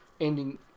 ending